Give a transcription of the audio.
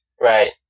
Right